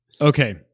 Okay